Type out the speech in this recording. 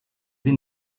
sie